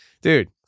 dude